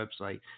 website